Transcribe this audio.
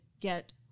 get